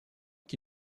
qui